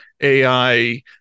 AI